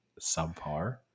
subpar